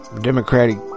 Democratic